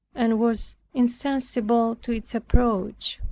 and was insensible to its approach.